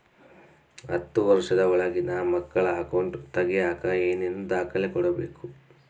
ಹತ್ತುವಷ೯ದ ಒಳಗಿನ ಮಕ್ಕಳ ಅಕೌಂಟ್ ತಗಿಯಾಕ ಏನೇನು ದಾಖಲೆ ಕೊಡಬೇಕು?